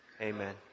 Amen